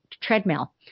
treadmill